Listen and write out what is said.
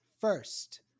First